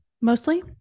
mostly